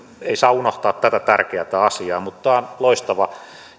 ei saa unohtaa tätä tärkeätä asiaa mutta on loistava